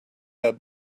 web